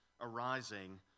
arising